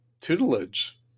tutelage